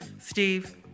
Steve